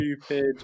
stupid